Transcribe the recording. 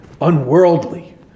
unworldly